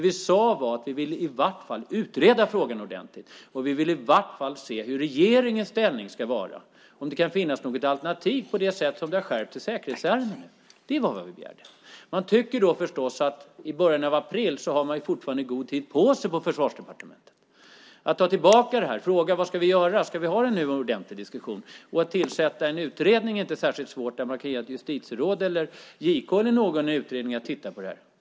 Vi sade att vi i varje fall ville utreda frågan ordentligt, se hur regeringens ställning ska vara och om det kan finnas något alternativ på det sätt som det har skärpts i säkerhetsärendena. Det var vad vi begärde. I början av april har man fortfarande god tid på sig på Försvarsdepartementet att ta tillbaka detta, fråga vad man ska göra och om man ska ha en ordentlig diskussion. Att tillsätta en utredning är inte särskilt svårt när man kan ge ett justitieråd eller JK i uppdrag att titta på detta.